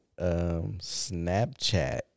Snapchat